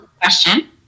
question